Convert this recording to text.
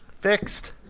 fixed